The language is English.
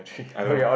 I don't know